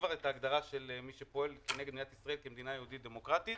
כבר את ההגדרה של מי שפועל נגד מדינת ישראל כמדינה יהודית ודמוקרטית